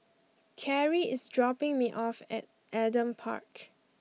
Karrie is dropping me off at Adam Park